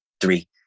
three